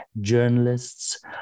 journalists